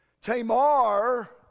Tamar